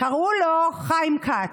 קראו לו חיים כץ.